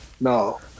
no